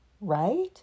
Right